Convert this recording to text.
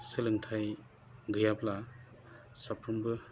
सोलोंथाइ गैयाब्ला साफ्रोमबो